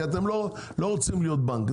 כי אתם לא רוצים להיות בנק.